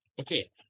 okay